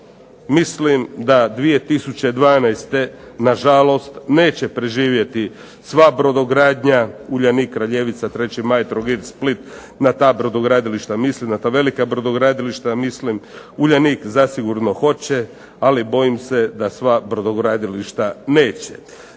mislim da 2012. nažalost neće preživjeti sva brodogradnja Uljanik, Kraljevica, 3. maj, Trogir, Split na ta brodogradilišta mislim, na ta velika brodogradilišta mislim. Uljanik zasigurno hoće ali bojim se da sva brodogradilišta neće.